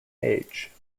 age